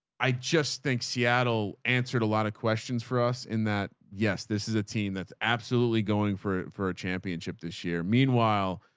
i just think seattle answered a lot of questions for us in that. yes, this is a team that's absolutely going for for a championship this year. meanwhile,